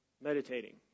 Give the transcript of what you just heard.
meditating